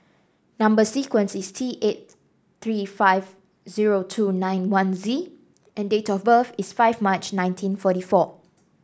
number sequence is T eight three five zero two nine one Z and date of birth is five March nineteen forty four